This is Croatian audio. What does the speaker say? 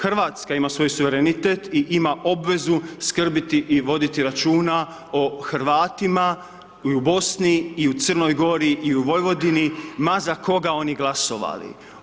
Hrvatska ima svoj suverenitet i ima obvezu skrbiti i voditi računa o Hrvatima i u Bosni, i u Crnoj Gori, i u Vojvodini ma za koga oni glasovali.